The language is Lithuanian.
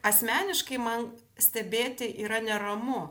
asmeniškai man stebėti yra neramu